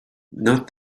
not